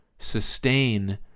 sustain